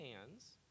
hands